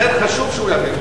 לכן חשוב שהוא יענה,